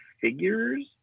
figures